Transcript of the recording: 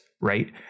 right